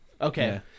Okay